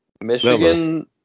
Michigan